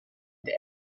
der